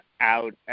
out